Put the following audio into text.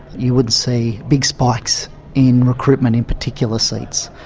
you wouldn't see big spikes in recruitment in particular seats,